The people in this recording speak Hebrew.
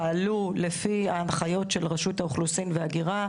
פעלו לפי ההנחיות של רשות האוכלוסין וההגירה,